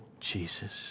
Jesus